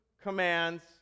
commands